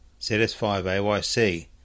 ZS5AYC